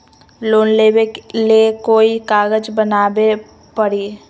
Loan लेबे ले कोई कागज बनाने परी?